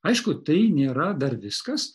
aišku tai nėra dar viskas